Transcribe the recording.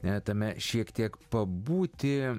ne tame šiek tiek pabūti